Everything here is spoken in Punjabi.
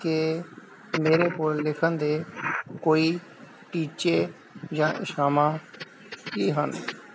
ਕਿ ਮੇਰੇ ਕੋਲ ਲਿਖਣ ਦੇ ਕੋਈ ਟੀਚੇ ਜਾਂ ਇੱਛਾਵਾਂ ਕੀ ਹਨ